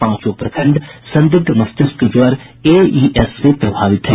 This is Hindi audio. पांचों प्रखंड संदिग्ध मस्तिष्क ज्वर एईएस से प्रभावित हैं